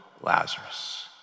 Lazarus